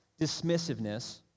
dismissiveness